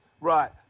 right